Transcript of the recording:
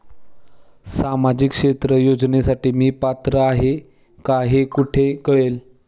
सामाजिक क्षेत्र योजनेसाठी मी पात्र आहे का हे कुठे कळेल?